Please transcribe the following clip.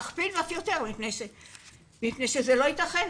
להכפיל ואף יותר כי זה לא ייתכן.